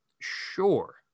sure